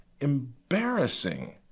embarrassing